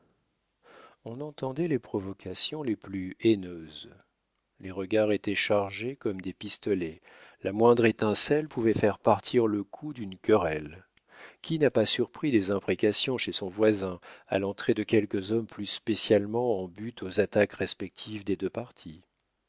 on entendait les provocations les plus haineuses les regards étaient chargés comme des pistolets la moindre étincelle pouvait faire partir le coup d'une querelle qui n'a pas surpris des imprécations chez son voisin à l'entrée de quelques hommes plus spécialement en butte aux attaques respectives des deux partis